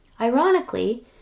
Ironically